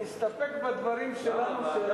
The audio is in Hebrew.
להסתפק בדברים שלנו,